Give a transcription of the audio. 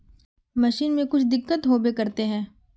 Machine में कुछ दिक्कत होबे करते है?